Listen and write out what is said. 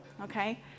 okay